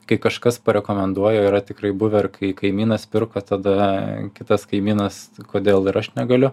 kai kažkas parekomenduoja yra tikrai buvę kai kaimynas pirko tada kitas kaimynas kodėl ir aš negaliu